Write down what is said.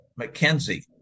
McKenzie